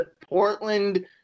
Portland